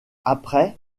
après